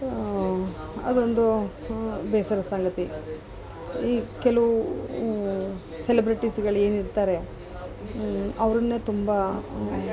ಅದೊಂದು ಬೇಸರ ಸಂಗತಿ ಈ ಕೆಲವು ಸೆಲೆಬ್ರಿಟೀಸ್ಗಳು ಏನಿರ್ತಾರೆ ಅವರನ್ನೆ ತುಂಬ